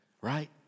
right